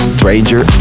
Stranger